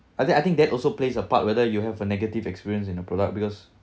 I think I think that also plays a part whether you have a negative experience in a product because